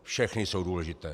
Všechny jsou důležité.